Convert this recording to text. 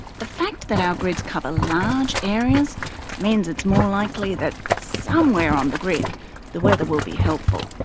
the fact that our grids cover large areas means it's more likely that somewhere on the grid the weather will be helpful.